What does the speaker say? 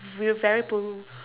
v~ very pro~